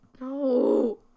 No